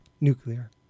nuclear